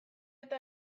eta